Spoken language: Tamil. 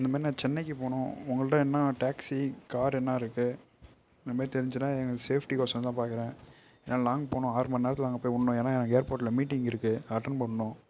இந்த மாதிரி நான் சென்னைக்கு போகணும் உங்கள்கிட்ட என்ன டேக்சி கார் என்ன இருக்குது இந்தமாரி தெரிஞ்சுன்னா எங்கள் சேஃப்டிக்கொசரம் தான் பார்க்கறேன் ஏனால் லாங் போகணும் ஆறு மணிநேரத்துல அங்கே போய் விட்னோம் ஏனால் எனக்கு ஏர்போர்ட்டில் மீட்டிங் இருக்குது அதை அட்டென்ட் பண்ணணும்